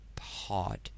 hard